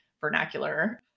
vernacular